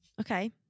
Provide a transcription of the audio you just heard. Okay